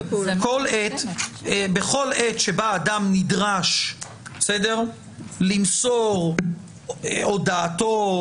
בכל עת בה אדם נדרש למסור הודעתו,